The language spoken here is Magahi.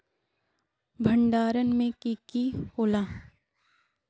भण्डारण में की की होला?